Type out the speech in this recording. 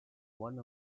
one